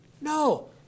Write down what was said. No